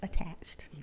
attached